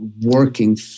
working